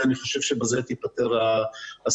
ואני חושב שבזה תיפתר הסוגיה.